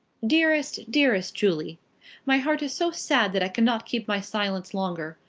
dearest dearest julie my heart is so sad that i cannot keep my silence longer.